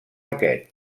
aquest